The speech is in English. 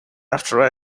after